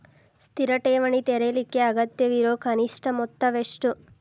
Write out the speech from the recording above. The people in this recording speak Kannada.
ಸ್ಥಿರ ಠೇವಣಿ ತೆರೇಲಿಕ್ಕೆ ಅಗತ್ಯವಿರೋ ಕನಿಷ್ಠ ಮೊತ್ತ ಎಷ್ಟು?